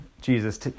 Jesus